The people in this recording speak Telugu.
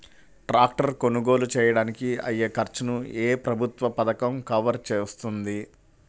ట్రాక్టర్ కొనుగోలు చేయడానికి అయ్యే ఖర్చును ఏ ప్రభుత్వ పథకం కవర్ చేస్తుంది?